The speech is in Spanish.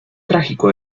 trágico